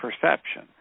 perception